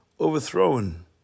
overthrown